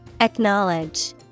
Acknowledge